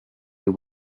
you